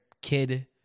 kid